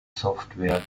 software